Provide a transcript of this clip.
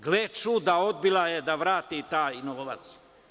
Gle čuda, odbila je da vrati taj novac.